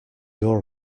your